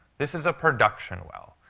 this is a production well.